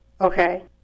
Okay